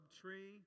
tree